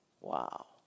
Wow